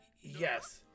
yes